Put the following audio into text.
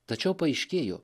tačiau paaiškėjo